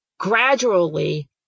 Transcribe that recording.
gradually